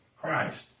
Christ